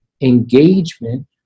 Engagement